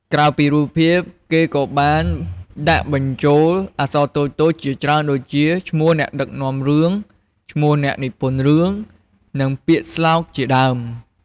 ក្រៅពីរូបភាព គេក៏បានដាក់បញ្ចូលអក្សរតូចៗជាច្រើនដូចជា ឈ្មោះអ្នកដឹកនាំរឿង ឈ្មោះអ្នកនិពន្ធរឿង និងពាក្យស្លោកជាដើម ។